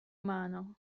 mano